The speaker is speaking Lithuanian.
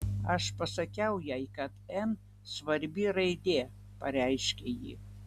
aš pasakiau jai kad n svarbi raidė pareiškė ji